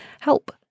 Help